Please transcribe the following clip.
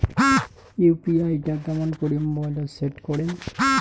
UPI টা কেমন করি মোবাইলত সেট করিম?